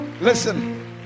Listen